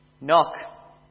Knock